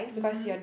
mmhmm